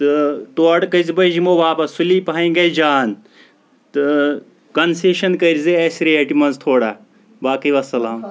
تہٕ تورٕ کٔژِ بجہِ یِمو واپَس سُلی پَہن گژھِ جان تہٕ کنسیشن کٔرزِ اَسہِ ریٚٹہِ منٛز تھوڑا باقٕے وَسلام